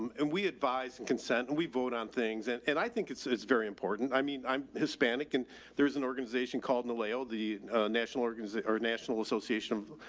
um and we advise and consent and we vote on things. and and i think it's it's very important. i mean, i'm hispanic and there's an organization called and lao, the national organization or national association of